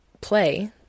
play